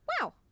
Wow